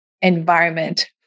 environment